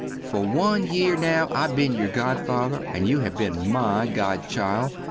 fer one yere now i have been your godfather and you have been my godchild,